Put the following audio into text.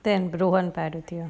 then rowen paruthiya